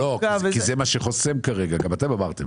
כי זה מה שחוסם כרגע; גם אתם אמרתם.